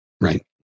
Right